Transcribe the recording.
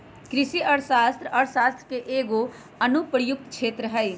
कृषि अर्थशास्त्र अर्थशास्त्र के एगो अनुप्रयुक्त क्षेत्र हइ